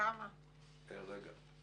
קרוב ל-13 אחוזים, 12.7 אחוזים.